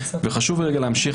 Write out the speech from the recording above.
(היו"ר יוליה מלינובסקי,